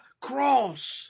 cross